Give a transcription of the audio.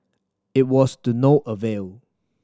it was to no avail